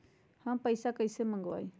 हम पैसा कईसे मंगवाई?